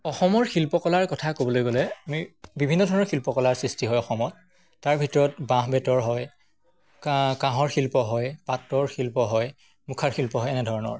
অসমৰ শিল্পকলাৰ কথা ক'বলৈ গ'লে আমি বিভিন্ন ধৰণৰ শিল্পকলাৰ সৃষ্টি হয় অসমত তাৰ ভিতৰত বাঁহ বেতৰ হয় কাঁহৰ শিল্প হয় পাটৰ শিল্প হয় মুখাৰ শিল্প হয় এনেধৰণৰ